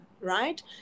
right